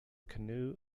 canoe